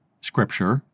Scripture